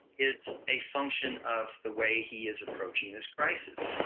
is a function of the way he is approaching this crisis.